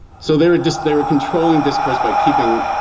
so there were just they were controlling discourse by keeping